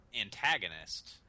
antagonist